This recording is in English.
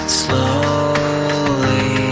slowly